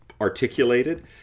articulated